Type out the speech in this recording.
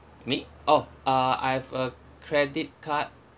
me oh uh I've a credit card